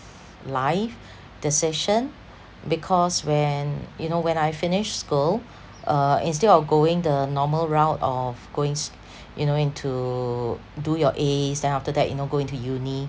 life decision because when you know when I finished school uh instead of going the normal route of goings you know into do your As then after that you know go into uni